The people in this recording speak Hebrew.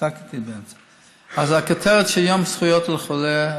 אז הכותרת של "יום זכויות החולה"